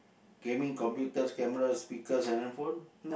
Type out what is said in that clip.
gaming computers cameras speakers and handphone